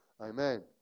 Amen